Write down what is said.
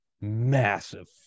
massive